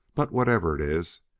but whatever it is,